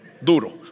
duro